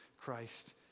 Christ